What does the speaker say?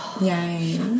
Yay